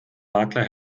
makler